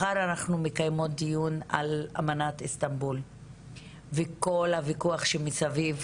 מחר אנחנו מקיימות דיון על אמנת איסטנבול וכל הוויכוח שמסביב,